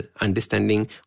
understanding